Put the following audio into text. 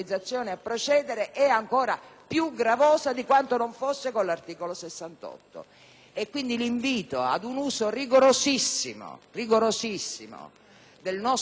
più gravosa di quanto non fosse con l'articolo 68. Quindi, l'invito ad un uso rigorosissimo del nostro voto credo sia